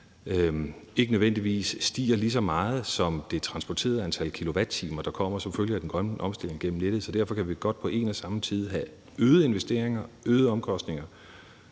ikke nødvendigvis stiger lige så meget som prisen på det transporterede antal kilowatt-timer, der kommer som følge af den grønne omstilling, gennem nettet. Så derfor kan vi godt på en og samme tid have øgede investeringer og øgede omkostninger,